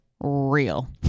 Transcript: real